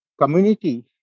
community